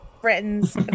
friends